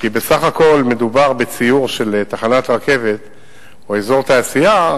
כי בסך הכול מדובר בציור של תחנת רכבת או אזור תעשייה.